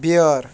بیٲر